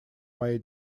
моей